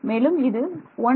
மேலும் இது 10